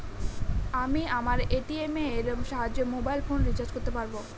আমি আমার এ.টি.এম এর সাহায্যে মোবাইল ফোন রিচার্জ করতে পারব?